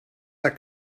del